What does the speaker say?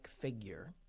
figure